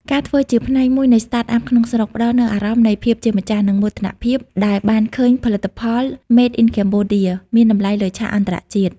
ការធ្វើជាផ្នែកមួយនៃ Startup ក្នុងស្រុក ផ្ដល់នូវអារម្មណ៍នៃភាពជាម្ចាស់ និងមោទនភាពដែលបានឃើញផលិតផល "Made in Cambodia" មានតម្លៃលើឆាកអន្តរជាតិ។